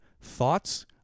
Thoughts